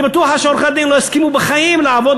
אני בטוח שעורכי-הדין לא יסכימו בחיים לעבוד